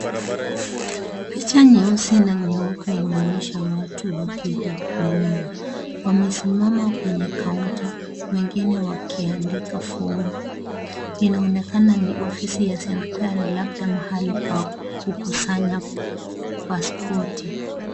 Picha nyeusi na nyeupe inaonyesha watu wakihudumiwa ,wamesimama kwenye kaunta wengine wakiandika fomu, inaonekana ni ofisi ya serikali labda mahali pa kukusanya pasipoti.